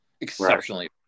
exceptionally